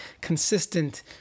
consistent